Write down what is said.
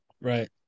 Right